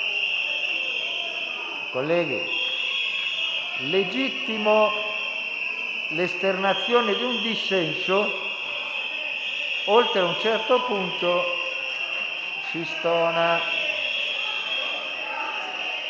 Colleghi, legittima è l'esternazione di un dissenso, ma, oltre un certo punto, stona.